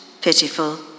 pitiful